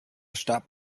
starb